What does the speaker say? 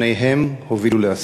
שניהם הובילו לאסון.